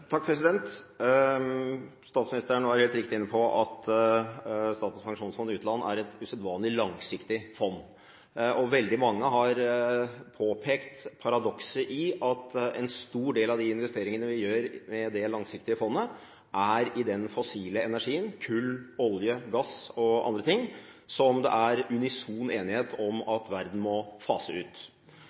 Statsministeren var, helt riktig, inne på at Statens pensjonsfond utland er et usedvanlig langsiktig fond. Veldig mange har påpekt paradokset i at en stor del av de investeringene vi gjør med det langsiktige fondet, er i den fossile energien – kull, olje, gass og andre ting – som det er unison enighet om at verden må fase ut.